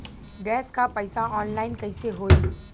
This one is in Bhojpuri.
गैस क पैसा ऑनलाइन कइसे होई?